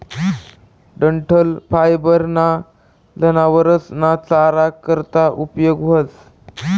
डंठल फायबर ना जनावरस ना चारा करता उपयोग व्हस